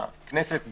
הכנסת ביודעין,